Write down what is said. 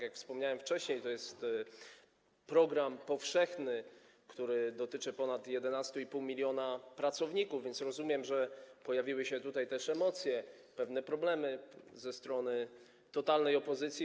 Jak wspomniałem wcześniej, to jest program powszechny, który dotyczy ponad 11,5 mln pracowników, więc rozumiem, że pojawiły się tutaj emocje, pewne problemy ze strony totalnej opozycji.